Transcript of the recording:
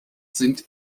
sind